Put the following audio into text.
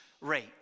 rate